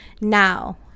Now